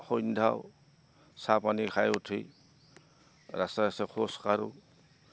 সন্ধা চাহ পানী খাই উঠি ৰাস্তাই ৰাস্তাই খোজ কাঢ়ো